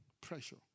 pressure